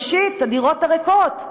ראשית, הדירות הריקות.